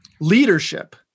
leadership